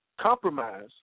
compromise